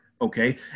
Okay